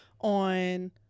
on